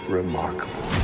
remarkable